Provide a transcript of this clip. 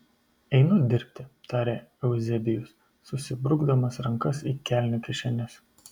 einu dirbti tarė euzebijus susibrukdamas rankas į kelnių kišenes